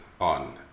on